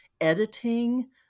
editing